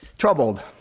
Troubled